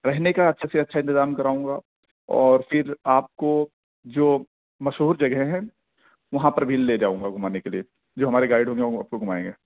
رہنے کا اچھا سے اچھا انتظام کراؤں گا اور پھر آپ کو جو مشہور جگہیں ہیں وہاں پر بھی لے جاؤں گا گھمانے کے لیے جو ہمارے گائیڈ ہوں گے وہ آپ کو گھمائیں گے